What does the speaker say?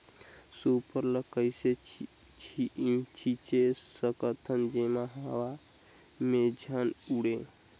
Super ल कइसे छीचे सकथन जेमा हवा मे झन उड़े?